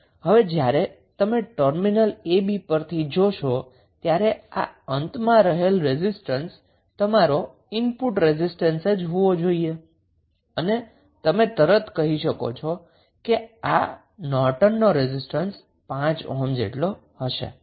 હવે જ્યારે તમે ટર્મિનલ ab પરથી જોશો ત્યારે આ અંતમાં રહેલો રેઝિસ્ટન્સ તમારો ઈનપુટ રેઝિસ્ટન્સ જ હોવો જોઈએ અને તમે તરત જ કહી શકો છો કે નોર્ટનનો રેઝિસ્ટન્સ 5 ઓહ્મ હશે